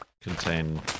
contain